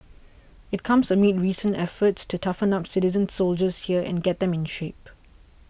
it comes amid recent efforts to toughen up citizen soldiers here and get them in shape